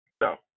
No